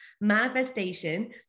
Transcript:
manifestation